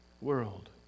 world